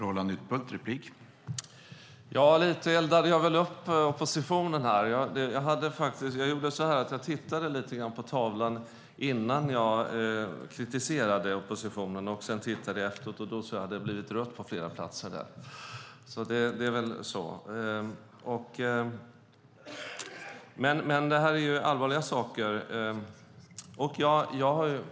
Herr talman! Lite eldade jag väl upp oppositionen. Jag tittade lite grann på tavlan innan jag kritiserade oppositionen. Sedan tittade jag efteråt och såg att det blivit rött på flera platser. Detta är allvarliga saker.